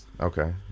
okay